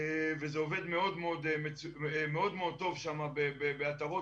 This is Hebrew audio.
וזה עובד מאוד טוב בעטרות,